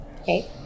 Okay